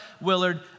willard